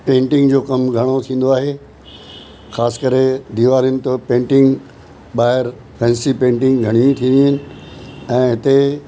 painting जो कमु घणो थींदो आहे ख़ासि करे दीवारिनि ते पेंटिंग ॿाहिरि फ़ैसी पेंटिंग घणियूं थी वियूं आहिनि ऐं हिते